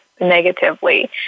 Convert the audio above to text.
negatively